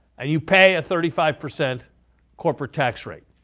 and you pay a thirty five percent corporate tax rate.